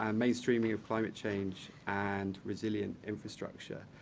um mainstreaming of climate change, and resilient infrastructure.